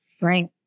Right